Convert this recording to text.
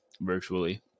virtually